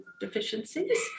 deficiencies